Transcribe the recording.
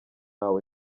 wawe